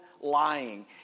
lying